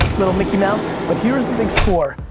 little mickey mouse, but here is the big score.